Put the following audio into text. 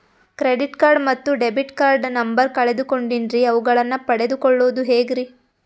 Credit card ಮತ್ತು debit card number ಕಳೆದುಕೊಂಡಿನ್ರಿ ಅವುಗಳನ್ನ ಪಡೆದು ಕೊಳ್ಳೋದು ಹೇಗ್ರಿ?